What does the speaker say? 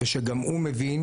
ושגם הוא מבין,